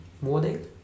morning